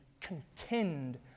contend